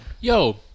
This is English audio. Yo